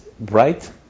bright